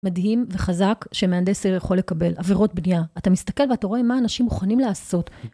מדהים וחזק שמהנדס העיר יכול לקבל, עבירות בנייה. אתה מסתכל ואתה רואה מה אנשים מוכנים לעשות.